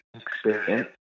experience